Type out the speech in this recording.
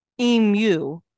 emu